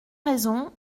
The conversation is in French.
raisons